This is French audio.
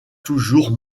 toujours